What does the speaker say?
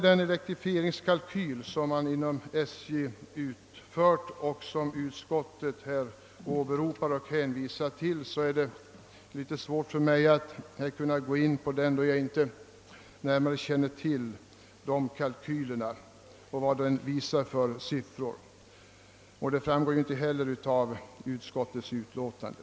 Den elektrifieringskalkyl, som SJ utfört och som utskottet hänvisar till, har jag litet svårt att gå in på, eftersom jag inte närmare känner till vad den visar för siffror; det framgår inte heller av utskottets utlåtande.